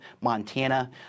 Montana